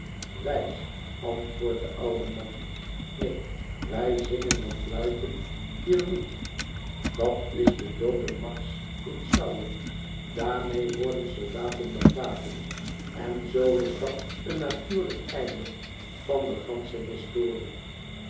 wijs antwoordt de oude man neen wij zingen of fluiten hier niet dat is de doodenmarsch in saul daarmee worden soldaten begraven en zoo is dat een natuurlijk einde van de gansche historie